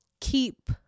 keep